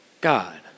God